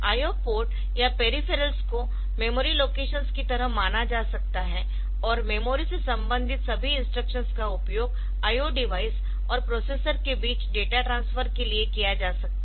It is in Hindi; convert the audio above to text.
IO पोर्ट या पेरीफेरल्स को मेमोरी लोकेशंस की तरह माना जा सकता है और मेमोरी से संबंधित सभी इंस्ट्रक्शंस का उपयोग IO डिवाइस और प्रोसेसर के बीच डेटा ट्रांसफर के लिए किया जा सकता है